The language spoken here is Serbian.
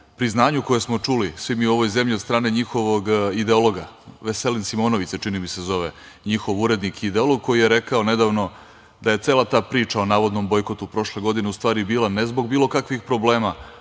priznanju koje smo čuli svi mi u ovoj zemlji od strane njihovog ideologa, Veselin Simonović se čini mi se zove, njihov urednik i ideolog koji je rekao nedavno da je cela ta priča o navodnom bojkotu prošle godine u stvari bila ne zbog bilo kakvih problema